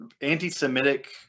anti-Semitic